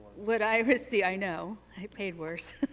what i received i know. i paid worse.